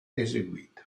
eseguita